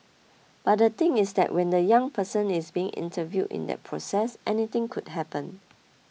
but the thing is that when the young person is being interviewed in that process anything could happen